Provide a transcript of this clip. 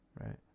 right